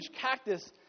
cactus